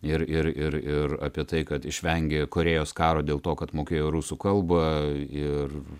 ir ir ir ir apie tai kad išvengė korėjos karo dėl to kad mokėjo rusų kalbą ir